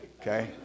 okay